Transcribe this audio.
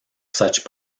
such